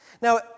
Now